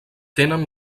tenen